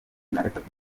nagatatu